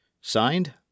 Signed